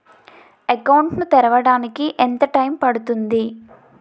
Account ను తెరవడానికి ఎంత టైమ్ పడుతుంది?